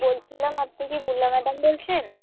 বলছিলাম আপনি কি বুলা ম্যাডাম বলছেন